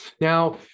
Now